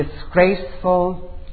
disgraceful